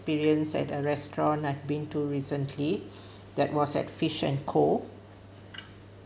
~perience at a restaurant I've been to recently that was at FIsh & Co